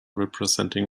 representing